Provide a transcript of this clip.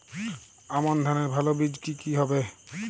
আমান ধানের ভালো বীজ কি কি হবে?